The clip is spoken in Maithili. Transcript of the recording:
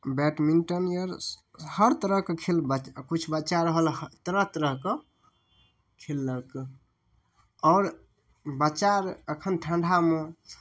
बैटमिंटन अर हर तरहके खेल ब किछु बच्चा रहल तरह तरहके खेललक आओर बच्चा एखन ठण्डामे